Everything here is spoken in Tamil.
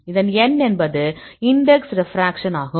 இதன் n என்பது இன்டெக்ஸ் ரெப்ராக்சன் ஆகும்